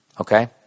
okay